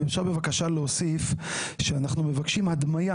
אם אפשר בבקשה להוסיף שאנחנו מבקשים הדמיה